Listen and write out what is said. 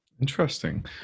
interesting